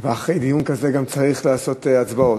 ואחרי דיון כזה גם צריך לעשות הצבעות.